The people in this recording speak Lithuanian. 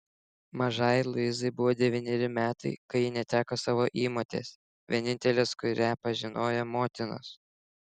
mažajai luizai buvo devyneri metai kai ji neteko savo įmotės vienintelės kurią pažinojo motinos